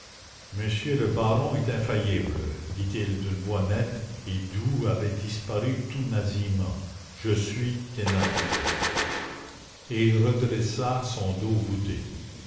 monsieur le baron est infaillible dit-il d'une voix nette et d'où avait disparu tout nasillement je suis thénardier et il redressa son dos voûté